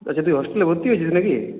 তুই হস্টেলে ভর্তি হয়েছিস নাকি